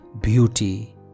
beauty